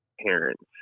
parents